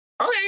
Okay